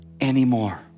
anymore